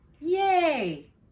yay